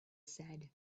said